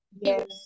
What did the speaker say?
yes